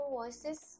voices